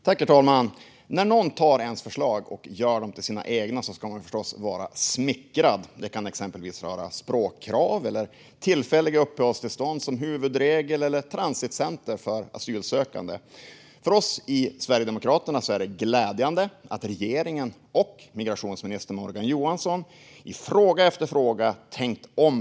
Herr talman! När någon tar ens förslag och gör dem till sina egna ska man förstås vara smickrad. Det kan gälla språkkrav, tillfälliga uppehållstillstånd som huvudregel eller transitcenter för asylsökande. För Sverigedemokraterna är det glädjande att regeringen och migrationsminister Morgan Johansson i fråga efter fråga har tänkt om.